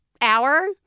hour